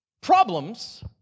problems